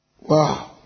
Wow